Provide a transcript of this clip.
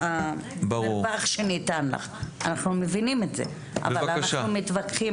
אנחנו מבינים את זה אבל אנחנו מתווכחים